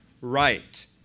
Right